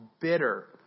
bitter